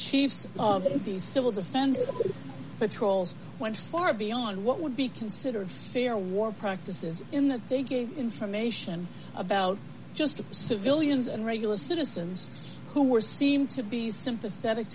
in the civil defense patrols went far beyond what would be considered fair war practices in that they gave information about just civilians and regular citizens who were seemed to be sympathetic